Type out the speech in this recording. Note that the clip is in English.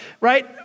right